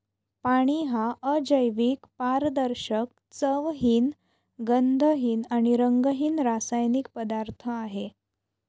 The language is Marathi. पाणी हा अजैविक, पारदर्शक, चवहीन, गंधहीन आणि रंगहीन रासायनिक पदार्थ आहे